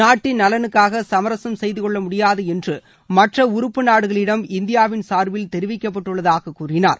நாட்டின் நலனுக்காகசமரசம் செய்துகொள்ளமுடியாது என்றுமற்றஉறுப்பு நாடுகளிடம் இந்தியாவின் சார்பில் தெரிவிக்கப்பட்டுள்ளதாககூறினார்